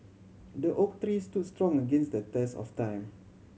the oak tree stood strong against the test of time